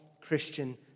Christian